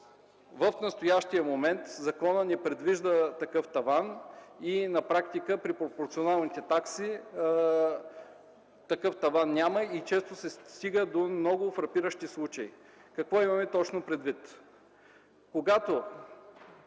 В настоящия момент законът не предвижда такъв таван и на практика при пропорционалните такси го няма и често се стига до много фрапиращи случаи. Какво имаме точно предвид? Когато